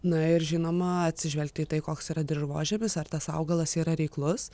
na ir žinoma atsižvelgti į tai koks yra dirvožemis ar tas augalas yra reiklus